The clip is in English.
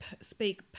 speak